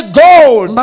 gold